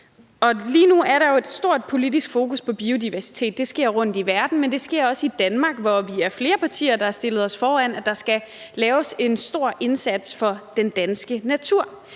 lige nu er der et stort politisk fokus på biodiversitet, og det sker rundt i verden, og det sker også i Danmark, hvor vi er flere partier, der har stillet os i spidsen for, at der skal gøres en stor indsats for den danske natur.